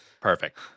Perfect